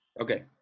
Okay